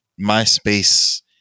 MySpace